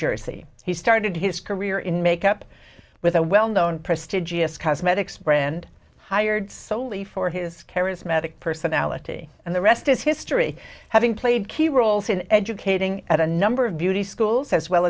jersey he started his career in make up with a well known prestigious cosmetics brand hired solely for his charismatic personality and the rest is history having played key roles in educating at a number of beauty schools as well